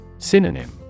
synonym